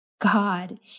God